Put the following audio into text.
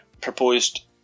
proposed